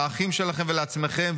לאחים שלכם ולעצמכם,